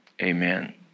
Amen